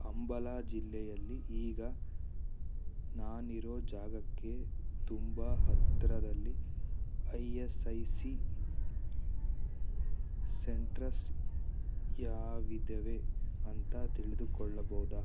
ಅಂಬಾಲಾ ಜಿಲ್ಲೆಯಲ್ಲಿ ಈಗ ನಾನು ಇರೋ ಜಾಗಕ್ಕೆ ತುಂಬ ಹತ್ತಿರದಲ್ಲಿ I S I C centres ಯಾವು ಇದ್ದಾವೆ ಅಂತ ತಿಳಿದುಕೊಳ್ಳಬೌದಾ